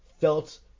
felt